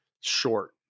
short